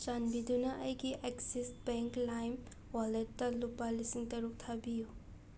ꯆꯥꯟꯕꯤꯗꯨꯅ ꯑꯩꯒꯤ Axis bank ꯂꯥꯏꯝ ꯋꯥꯂꯦꯠꯇ ꯂꯨꯄꯥ ꯂꯤꯁꯤꯡ ꯇꯔꯨꯛ ꯊꯥꯕꯤꯌꯨ